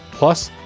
plus,